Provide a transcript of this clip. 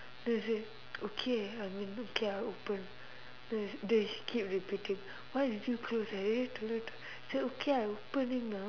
then I say okay I mean okay I open then then she keep repeating why did you close I already told you I say okay I opening now